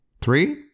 three